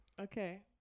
Okay